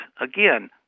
Again